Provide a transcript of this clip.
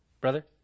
Brother